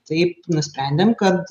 taip nusprendėm kad